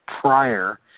prior